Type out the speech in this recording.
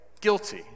guilty